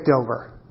over